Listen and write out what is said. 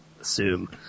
assume